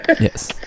Yes